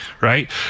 right